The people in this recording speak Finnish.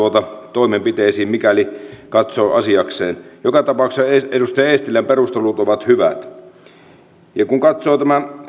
toimenpiteisiin mikäli katsoo asiakseen joka tapauksessa edustaja eestilän perustelut ovat hyvät kun katsoo